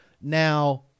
Now